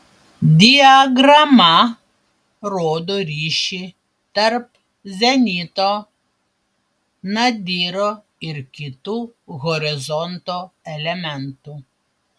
diagrama rodo ryšį tarp zenito nadyro ir kitų horizonto elementų